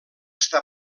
està